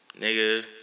Nigga